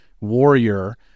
warrior